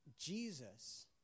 Jesus